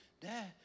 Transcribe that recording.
Dad